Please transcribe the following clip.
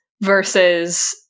versus